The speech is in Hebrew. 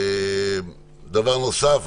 דבר נוסף,